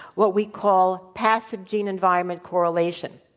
what we call passive gene environment correlation.